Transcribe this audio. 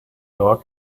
dog